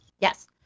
Yes